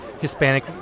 Hispanic